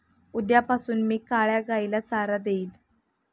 उद्यापासून मी काळ्या गाईला चारा देईन